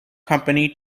company